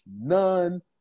none